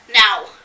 Now